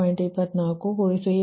44 Pg0